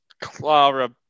Clara